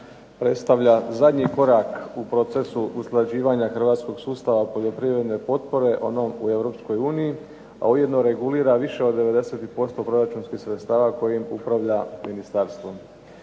predstavlja zadnji korak u procesu usklađivanja hrvatskog sustava poljoprivredne potpore onom u EU, a ujedno regulira više od 90% proračunskih sredstava kojim upravlja ministarstvo.